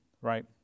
right